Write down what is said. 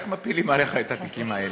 איך מפילים עליך את התיקים האלה?